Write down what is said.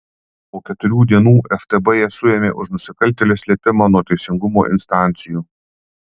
po keturių dienų ftb ją suėmė už nusikaltėlio slėpimą nuo teisingumo instancijų